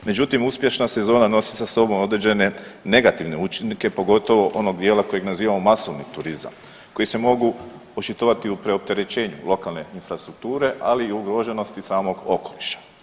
Međutim, uspješna sezona nosi sa sobom određene negativne učinke, pogotovo onog dijela kojeg nazivamo masovni turizam, koji se mogu očitovati u preopterećenju lokalne infrastrukture, ali i u ugroženosti samog okoliša.